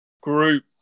group